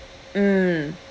mm